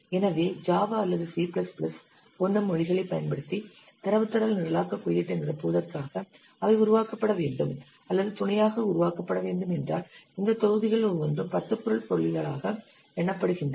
எனவே ஜாவா அல்லது C plus plus C போன்ற மொழிகளைப் பயன்படுத்தி தரவுத்தள நிரலாக்கக் குறியீட்டை நிரப்புவதற்காக அவை உருவாக்கப்பட வேண்டும் அல்லது துணையாக உருவாக்கப்பட வேண்டும் என்றால் இந்த தொகுதிகள் ஒவ்வொன்றும் 10 பொருள் புள்ளிகளாக எண்ணப்படுகின்றன